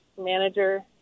manager